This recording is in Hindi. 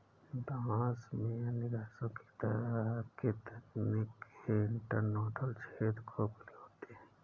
बांस में अन्य घासों की तरह के तने के इंटरनोडल क्षेत्र खोखले होते हैं